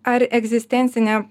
ar egzistencinė